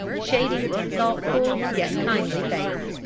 shading his thoughtful, yet kindly face,